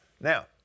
Now